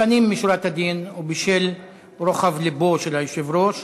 לפנים משורת הדין, ובשל רוחב לבו של היושב-ראש,